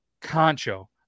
concho